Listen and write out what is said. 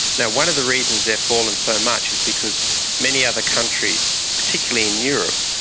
yeah one of the reasons they've fallen so much is because many other countries, particularly in europe,